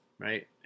right